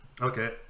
Okay